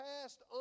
past